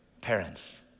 Parents